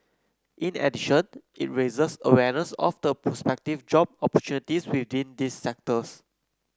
in addition it raises awareness of the prospective job opportunities within these sectors